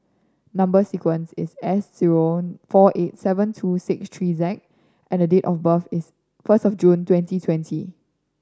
number sequence is S zero four eight seven two six three Z and date of birth is first of June twenty twenty